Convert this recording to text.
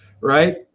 Right